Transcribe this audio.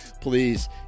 Please